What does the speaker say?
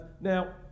Now